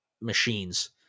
machines